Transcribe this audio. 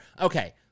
Okay